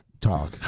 talk